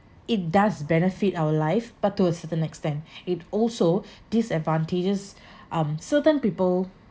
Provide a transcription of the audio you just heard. it does benefit our life but to a certain extent it also disadvantages um certain people